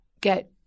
get